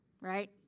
right